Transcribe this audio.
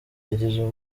hagize